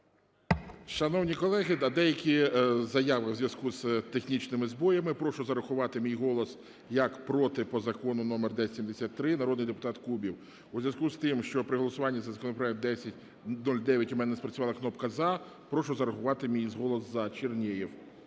Шановні колеги, деякі заяви у зв'язку з технічними збоями. Прошу зарахувати мій голос як "проти" по Закону номер 1073 – народний депутат Кубів. У зв'язку з тим, що при голосуванні за законопроект 1009 у мене спрацювала кнопка "за", прошу зарахувати мій голос "за" – Чернєв.